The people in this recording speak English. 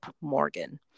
Morgan